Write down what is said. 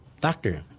Doctor